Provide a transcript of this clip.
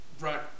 right